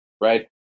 right